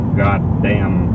goddamn